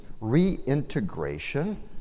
reintegration